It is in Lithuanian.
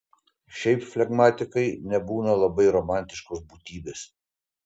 šiaip flegmatikai nebūna labai romantiškos būtybės